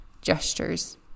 gestures